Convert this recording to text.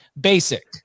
basic